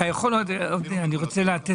אני לא חבר הוועדה.